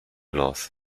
los